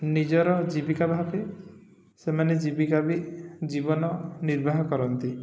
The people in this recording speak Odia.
ନିଜର ଜୀବିକା ଭାବେ ସେମାନେ ଜୀବିକା ବି ଜୀବନ ନିର୍ବାହ କରନ୍ତି